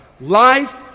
Life